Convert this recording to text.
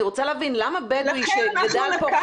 אני רוצה להבין למה בדואי שגדל פה,